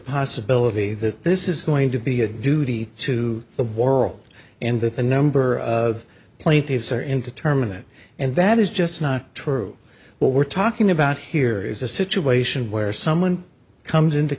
possibility that this is going to be a duty to the world and that the number of plaintiffs are in to terminate it and that is just not true what we're talking about here is a situation where someone comes into